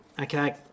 okay